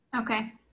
Okay